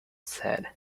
said